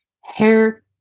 hair